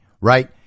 right